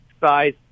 size